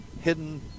hidden